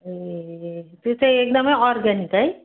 ए त्यो चाहिँ एकदमै अर्ग्यानिक है